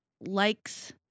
likes